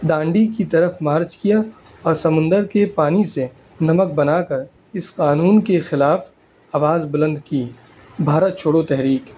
ڈانڈی کی طرف مارچ کیا اور سمندر کے پانی سے نمک بنا کر اس قانون کے خلاف آواز بلند کی بھارت چھوڑو تحریک